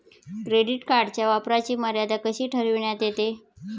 Credit कार्डच्या वापराची मर्यादा कशी ठरविण्यात येते?